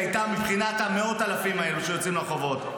הייתה בו מבחינת מאות האלפים האלה שיצאו לרחובות.